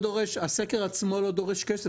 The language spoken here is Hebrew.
הסקר עצמו לא דורש כסף,